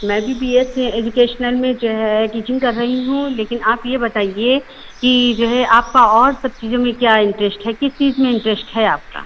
मैं भी B S educational में जो है टीचिंग कर रही हूँ लेकिन आप ये बताइए कि जो है आपका और सब चीजों में क्या इन्टरेस्ट है किस चीज में इन्टरेस्ट है आपका